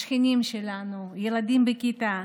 השכנים שלנו, הילדים בכיתה,